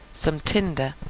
some tinder,